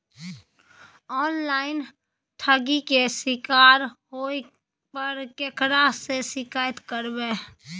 Online ठगी के शिकार होय पर केकरा से शिकायत करबै?